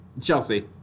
Chelsea